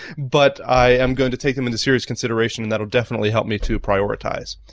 but i'm going to take them into serious consideration and that will definitely help me to prioritize.